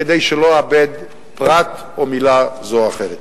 כדי שלא אאבד פרט או מלה זו או אחרת.